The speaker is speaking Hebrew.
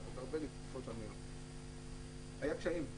--- היו קשיים,